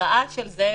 לרעה של זה.